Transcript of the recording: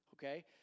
Okay